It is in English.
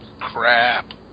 Crap